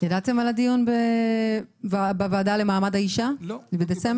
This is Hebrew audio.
ידעתם על הדיון בוועדה למעמד האישה בדצמבר?